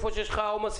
היכן שיש לך עומסים.